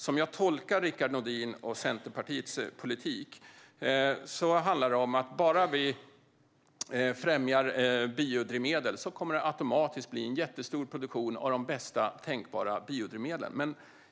Som jag tolkar Rickard Nordin och Centerpartiets politik handlar det om att om vi bara främjar biodrivmedel kommer det automatiskt att bli en jättestor produktion av de bästa tänkbara biodrivmedlen.